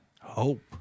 Hope